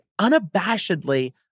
unabashedly